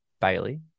Bailey